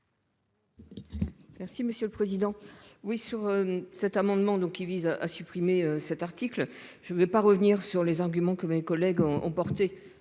Merci monsieur le président. Oui sur cet amendement, donc qui vise à supprimer cet article, je ne vais pas revenir sur les arguments que mes collègues ont emporté